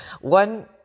One